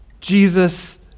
Jesus